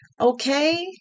Okay